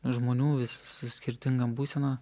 žmonių vis su skirtinga būsena